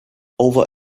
over